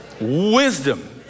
Wisdom